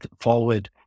forward